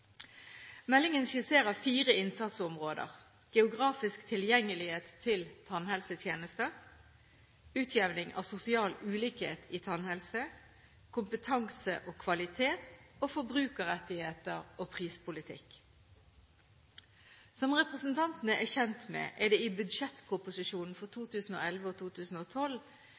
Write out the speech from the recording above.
Meldingen skisserer fire innsatsområder: geografisk tilgjengelighet til tannhelsetjenester, utjevning av sosial ulikhet i tannhelse, kompetanse og kvalitet og forbrukerrettigheter og prispolitikk. Som representantene er kjent med, er det i budsjettproposisjonen for 2011 og 2012